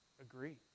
agree